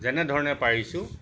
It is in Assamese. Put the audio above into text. যেনেধৰণে পাৰিছোঁ